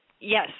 yes